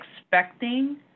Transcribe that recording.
expecting